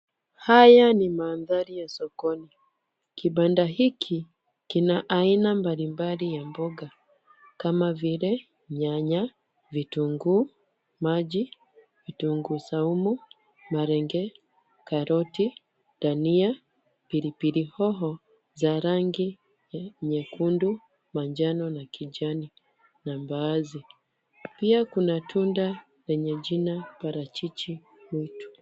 Haya ni mandhari ya sokoni. Kibanda hiki kina aina mbalimbali ya mboga kama vile nyanya, vitunguu, maji, vitunguu saumu, malenge, karoti, dania pilipili hoho za rangi nyekundu, manjano na kijani na mbaazi. Pia kuna tunda lenye jina parachichi mwitu .